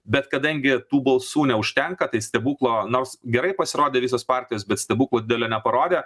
bet kadangi tų balsų neužtenka tai stebuklo nors gerai pasirodė visos partijos bet stebuklo didelio neparodė